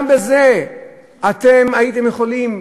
גם בזה אתם הייתם יכולים,